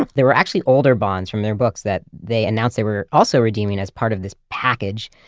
there were actually older bonds from their books that they announced they were also redeeming as part of this package,